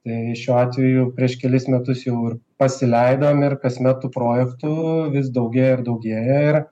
tai šiuo atveju prieš kelis metus jau ir pasileidom ir kasmet tų projektų vis daugėja ir daugėja ir